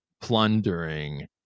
Plundering